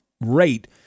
rate